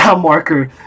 marker